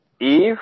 Eve